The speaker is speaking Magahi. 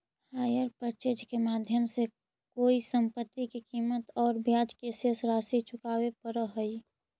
हायर पर्चेज के माध्यम से कोई संपत्ति के कीमत औउर ब्याज के शेष राशि चुकावे पड़ऽ हई